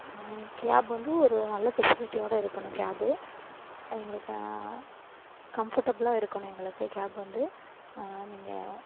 gap வந்து ஒரு நல்ல ஃபெசிலிட்டியோடு இருக்கணும் கேபு அது எங்களுக்கு கம்ஃபர்டபுளாக இருக்கணும் எங்களுக்கு கேப் வந்து நீங்கள்